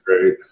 great